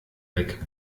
weg